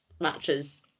matches